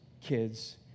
kids